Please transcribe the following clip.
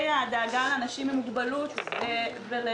החל מהדאגה לאנשים בעלי מוגבלויות ונכים,